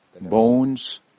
bones